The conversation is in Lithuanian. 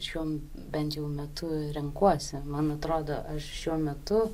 šiom bent jau metu renkuosi man atrodo aš šiuo metu